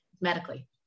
Medically